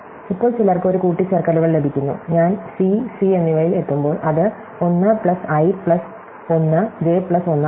ഇപ്പോൾ ചിലർക്ക് ഒരു കൂട്ടിച്ചേർക്കലുകൾ ലഭിക്കുന്നു ഞാൻ സി സി എന്നിവയിൽ എത്തുമ്പോൾ അത് 1 plus I plus 1 J plus 1 ആണ്